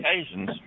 occasions